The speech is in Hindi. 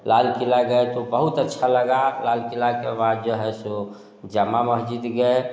लाल किला गए तो बहुत अच्छा लगा लाल किला के बाद जो है सो जामा मस्जिद गए